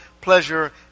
pleasure